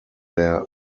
der